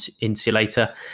insulator